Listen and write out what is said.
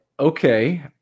Okay